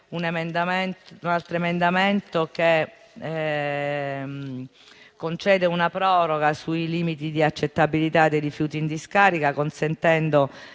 un altro emendamento che concede una proroga sui limiti di accettabilità dei rifiuti in discarica, consentendo